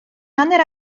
hanner